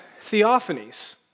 theophanies